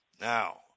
Now